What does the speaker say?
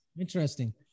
interesting